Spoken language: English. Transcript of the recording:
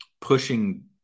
pushing